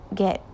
get